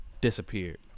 disappeared